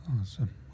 Awesome